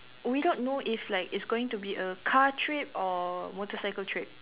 we don't know if like it's going be a car trip or motorcycle trip